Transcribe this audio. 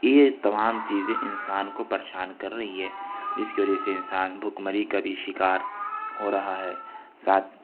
یہ تمام چیزیں انسان کو پریشان کر رہی ہے جس کی وجہ سے انسان بھوک مری کا بھی شکار ہو رہا ہے ساتھ